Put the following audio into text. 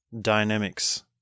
dynamics